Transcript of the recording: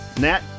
Nat